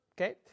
okay